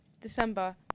December